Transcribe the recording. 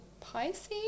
Pisces